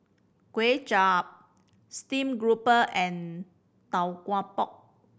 Kway Chap steamed grouper and Tau Kwa Pau